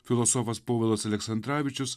filosofas povilas aleksandravičius